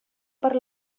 per